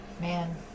man